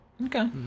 Okay